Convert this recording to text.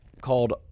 called